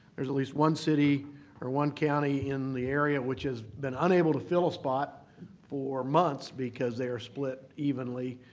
there's at least one city or one county in the area which has been unable to fill a spot for months because they are split evenly.